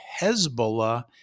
Hezbollah